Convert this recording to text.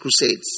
crusades